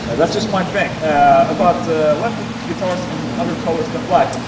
and that's just my thing about lefty guitars and other colors than black.